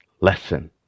lesson